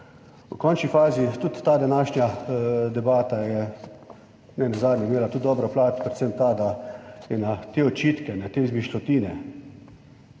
V končni fazi tudi ta današnja debata je nenazadnje imela tudi dobro plat, predvsem ta, da je na te očitke, na te izmišljotine,